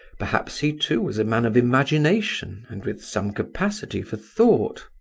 perhaps he too was a man of imagination and with some capacity for thought.